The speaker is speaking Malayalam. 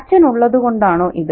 അച്ഛൻ ഉള്ളത് കൊണ്ടാണോ ഇത്